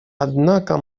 однако